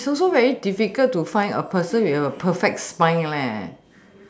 it is also very difficult to find a person with a perfect spine